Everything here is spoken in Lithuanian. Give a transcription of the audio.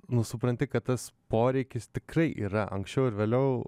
nu supranti kad tas poreikis tikrai yra anksčiau ar vėliau